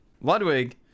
ludwig